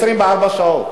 ב-24 שעות.